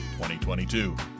2022